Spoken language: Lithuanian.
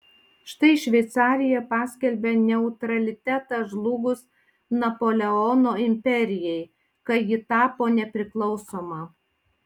štai šveicarija paskelbė neutralitetą žlugus napoleono imperijai kai ji tapo nepriklausoma